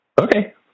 Okay